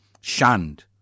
shunned